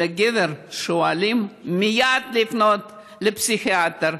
גבר שהוא אלים, מייד לפנות לפסיכיאטר.